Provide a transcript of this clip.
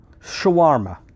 shawarma